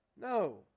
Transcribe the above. No